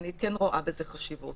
אני כן רואה בזה חשיבות.